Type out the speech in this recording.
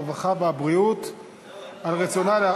הרווחה והבריאות על רצונה,